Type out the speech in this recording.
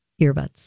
earbuds